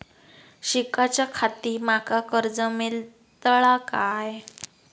शिकाच्याखाती माका कर्ज मेलतळा काय?